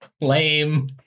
lame